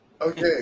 Okay